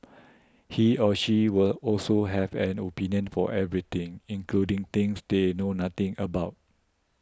he or she will also have an opinion for everything including things they know nothing about